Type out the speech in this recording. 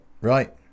right